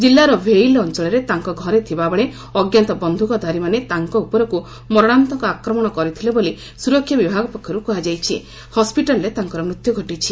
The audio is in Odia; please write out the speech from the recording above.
କିଲ୍ଲାର ଭେହିଲ ଅଞ୍ଚଳରେ ତାଙ୍କ ଘରେ ଥିବାବେଳେ ଅଜ୍ଞାତ ବନ୍ଧୁକଧାରୀ ମାନେ ତାଙ୍କ ଉପରକୁ ମରଣାନ୍ତକ ଆକ୍ରମଣ କରିଥିଲେ ବୋଲି ସୁରକ୍ଷା ବିଭାଗ ପକ୍ଷରୁ କୁହାଯାଇଛି ହସ୍ପିଟାଲରେ ତାଙ୍କର ମୃତ୍ୟୁ ଘଟିଛି